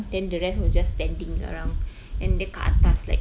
then the rest was just standing around then dia dekat atas like